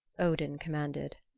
odin commanded.